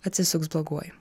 atsisuks bloguoju